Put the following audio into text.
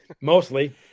Mostly